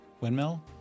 windmill